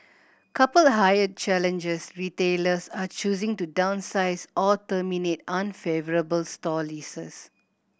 coupled hired challenges retailers are choosing to downsize or terminate unfavourable store leases